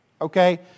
Okay